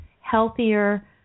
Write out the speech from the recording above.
healthier